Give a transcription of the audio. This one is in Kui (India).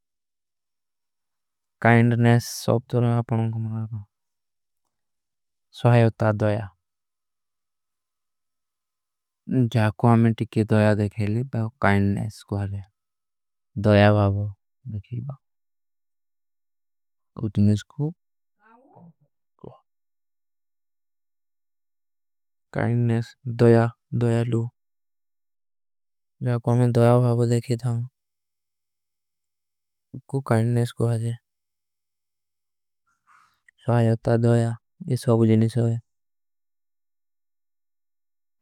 କାଇନ୍ଡନେସ ସବ ତୋ ରହା ହୈ ପାଣକ ମହେଖା ସଵଯୋତା ଦ୍ଵଯା। ଜ୍ଯାକୋ ଅମନେ ଟୀକେ ଦ୍ଵଯା ଦେଖେଲେ ବୈକଵା କାଇନ୍ଡନେଶ କୋ ଆଜେ। ଦ୍ଵଯା ଭାଭୋ ଦେଖେଲେ ବାଵ କୁଛ ନିଜ କୁ କାଇନ୍ଡନେସ। ଦ୍ଵଯା ଦ୍ଵଯାଲୂ ଜାକୋ ମେଂ ଦ୍ଵାଯା ଭାବୋ ଦେଖୀ ଥାମ କୁଛ କାର୍ଣ ନହୀଂ। ସକୋ ଆଜେ ସ୍ଵାଯତା ଦ୍ଵାଯା ଇସ ଭାବୋ ଜୀନୀ ସୋଈ।